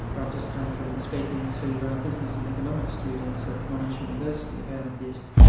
i've just come from speaking to ah business and economic students at monash university about this.